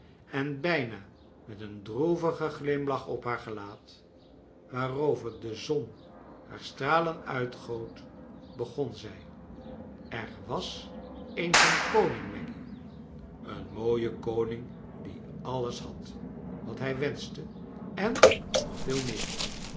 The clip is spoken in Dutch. en bijna met een droevigen glimiach op haar gelaat waarover de zon haar stralen uitgoot begon zij er was eens een koning maggy een mooie koning die alles had wat hij wenschte en nog veel meer